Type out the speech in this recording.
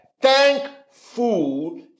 Thankful